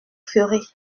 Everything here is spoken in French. ferez